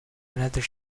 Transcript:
another